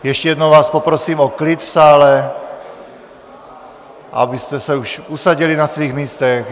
Ještě jednou vás poprosím o klid v sále, abyste se už usadili na svých místech.